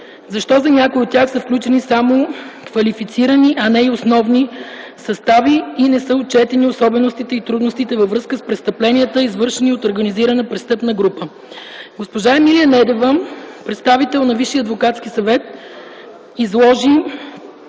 защо за някои от тях са включени само квалифицирани, а не и основни състави, не са отчетени особеностите и трудностите във връзка с престъпленията, извършени от организирана престъпна група. Госпожа Емилия Недева – представител на Висшия адвокатски съвет, изложи